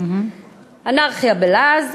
"אנרכיה בלעז,